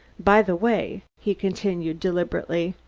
by the way, he continued deliberately,